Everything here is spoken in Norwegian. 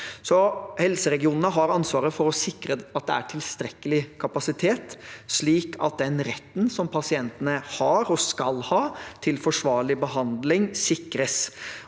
Helseregionene har ansvaret for å sikre at det er tilstrekkelig kapasitet, slik at den retten som pasientene har og skal ha til forsvarlig behandling, sikres.